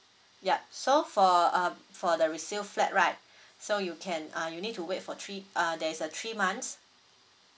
yup so for uh for the resale flat right so you can ah you need to wait for three uh there's a three months